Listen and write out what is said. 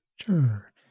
Sure